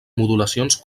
modulacions